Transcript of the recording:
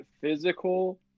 physical